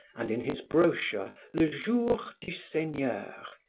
and in his brochure le jour du seigneur,